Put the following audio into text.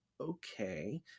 okay